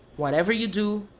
whatever you do!